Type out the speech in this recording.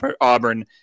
Auburn